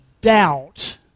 doubt